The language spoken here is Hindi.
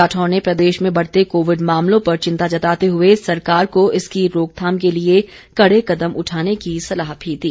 राठौर ने प्रदेश में बढ़ते कोविड मामलों पर चिंता जताते हुए सरकार को इसकी रोकथाम के लिए कड़े कदम उठाने की सलाह भी दी